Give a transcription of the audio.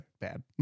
bad